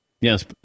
Yes